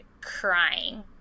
crying